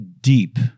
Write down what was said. deep